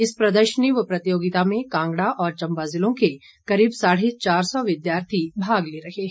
इस प्रदर्शनी व प्रतियोगिता में कांगड़ा और चंबा ज़िलो के करीब साढ़े चार सौ विद्यार्थी भाग ले रहे हैं